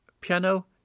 piano